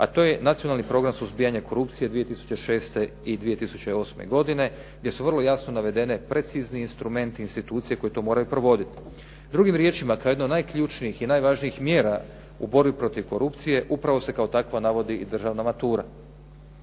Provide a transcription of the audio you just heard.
a to je Nacionalni program suzbijanja korupcije 2006. i 2008. godine, gdje su vrlo jasno navedeni precizni instrumenti institucije koji to moraju provoditi. Drugim riječima, to je jedna od najključnijih i najvažnijih mjera u borbi protiv korupcije i upravo se kao takva navodi i državna matura.